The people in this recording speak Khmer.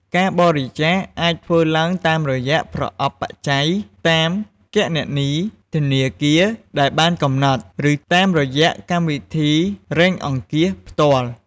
ការបរិច្ចាគអាចធ្វើឡើងតាមរយៈប្រអប់បច្ច័យ តាមគណនីធនាគារដែលបានកំណត់ ឬតាមរយៈកម្មវិធីរៃអង្គាសផ្ទាល់។